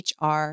HR